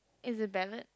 is a ballad